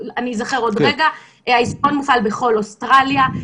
היישומון מופעל בכל אוסטרליה.